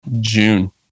June